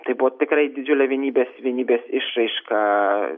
tai buvo tikrai didžiulė vienybės vienybės išraiška